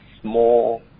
small